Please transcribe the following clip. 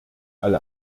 alle